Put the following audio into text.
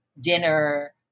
dinner